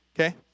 okay